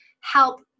help